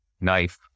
knife